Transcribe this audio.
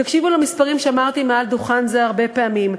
תקשיבו למספרים שאמרתי מעל דוכן זה הרבה פעמים: